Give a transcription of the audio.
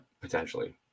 potentially